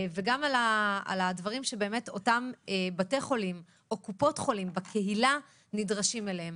וגם על הדברים שאותם בתי חולים או קופות חולים בקהילה נדרשים אליהם.